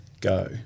go